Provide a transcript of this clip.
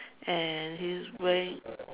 and he is wearing